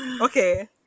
Okay